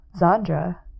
Zandra